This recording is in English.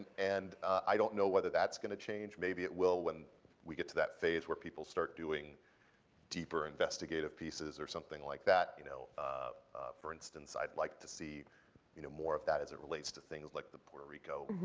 and i don't know whether that's going to change. maybe it will when we get to that phase where people start doing deeper investigative pieces or something like that. you know for instance, i'd like to see you know more of that as it relates to things like the puerto rico